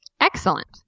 Excellent